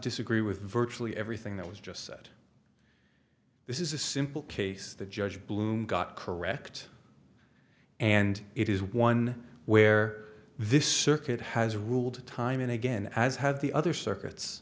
disagree with virtually everything that was just said this is a simple case the judge bloom got correct and it is one where this circuit has ruled time and again as have the other circuits